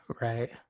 Right